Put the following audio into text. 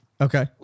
Okay